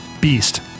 beast